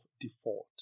default